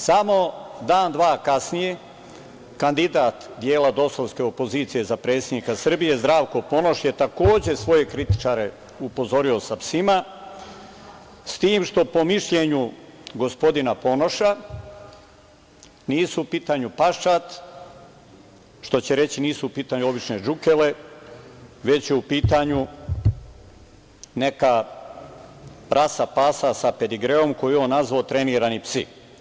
Samo dan-dva kasnije, kandidat dela DOS-ovske opozicije za predsednika Srbije, Zdravko Ponoš je takođe svoje kritičare uporedio sa psima, s tim što po mišljenju gospodina Ponoša nisu u pitanju paščad, što će reći nisu u pitanju obične džukele, već je u pitanju neka rasa pasa sa pedigreom koju je on nazvao „trenirani psi“